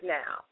now